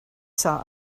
saw